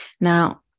Now